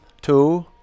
two